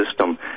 system